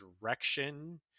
direction